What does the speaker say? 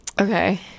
Okay